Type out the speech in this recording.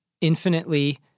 infinitely